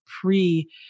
pre